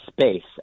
space